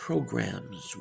Programs